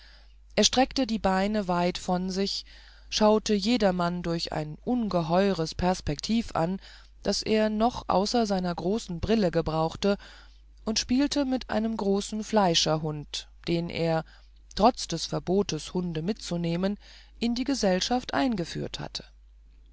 er streckte die beine weit von sich schaute jedermann durch ein ungeheures perspektiv an das er noch außer seiner großen brille gebrauchte und spielte mit einem großen fleischerhund den er trotz des verbotes hunde mitzunehmen in die gesellschaft eingeführt hatte